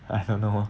I don't know